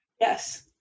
Yes